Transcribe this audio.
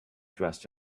dressed